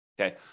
Okay